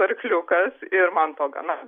arkliukas ir man to gana